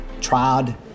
tried